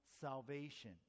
salvation